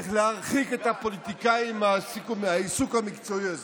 צריך להרחיק את הפוליטיקאי מהעיסוק המקצועי הזה.